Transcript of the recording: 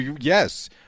Yes